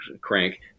crank